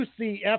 UCF